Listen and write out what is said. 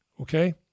Okay